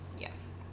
Yes